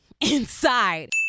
inside